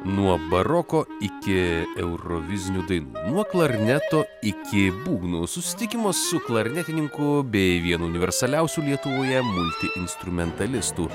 nuo baroko iki eurovizinių dainų nuo klarneto iki būgnų susitikimus su klarnetininku bei vienu universaliausių lietuvoje multi instrumentalistu